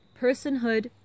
personhood